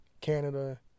Canada